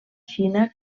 xina